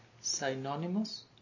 synonymous